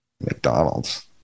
McDonald's